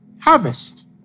Harvest